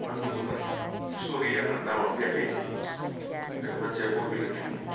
मा गुरुमोन सरि आङो नामा फैयाखै मानसिया बरपेतानिमोन